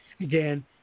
again